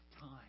time